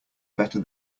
better